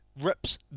Rips